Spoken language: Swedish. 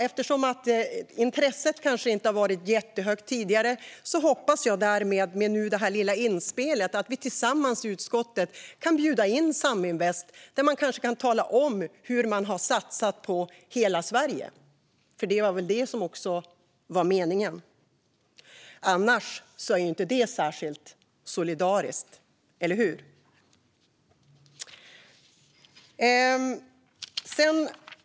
Eftersom intresset kanske inte varit jättestort tidigare hoppas jag, med detta lilla inspel, att vi i utskottet tillsammans kan bjuda in Saminvest, som kanske kan tala om hur man har satsat på hela Sverige. För det var väl det som var meningen? Annars är det inte särskilt solidariskt, eller hur?